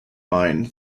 mine